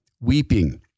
weeping